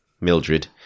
Mildred